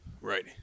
Right